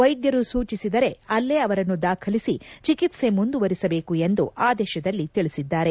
ವೈದ್ಯರು ಸೂಚಿಸಿದರೆ ಅಲ್ಲೇ ಅವರನ್ನು ದಾಖಲಿಸಿ ಚಿಕಿತ್ಸೆ ಮುಂದುವರೆಸಬೇಕು ಎಂದು ಆದೇಶದಲ್ಲಿ ತಿಳಿಸಿದ್ದಾರೆ